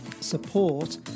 support